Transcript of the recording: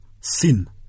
sin